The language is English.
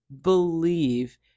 believe